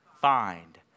find